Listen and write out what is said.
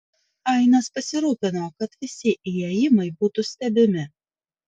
ainas pasirūpino kad visi įėjimai būtų stebimi